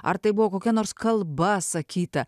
ar tai buvo kokia nors kalba sakyta